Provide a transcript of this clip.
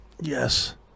yes